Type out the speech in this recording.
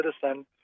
citizen